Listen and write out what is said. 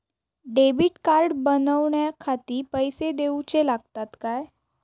Debit card बनवण्याखाती पैसे दिऊचे लागतात काय?